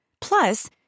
Plus